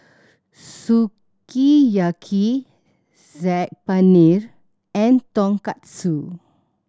Sukiyaki Saag Paneer and Tonkatsu